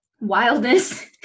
wildness